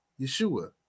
Yeshua